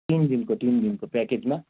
तीन दिनको तीन दिनको प्याकेजमा